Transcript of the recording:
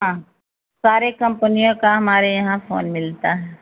हाँ सारे कम्पनियों का हमारे यहाँ फोन मिलता है